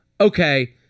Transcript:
okay